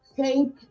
Thank